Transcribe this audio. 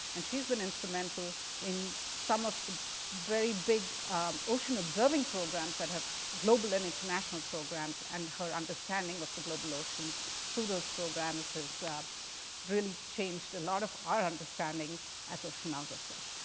and she's been instrumental in some of the very big ocean observing programs that have global and international programs. and her understanding of the global oceans through those programs has really changed a lot of our understanding as oceanographers.